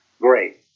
great